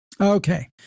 Okay